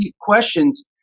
questions